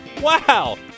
Wow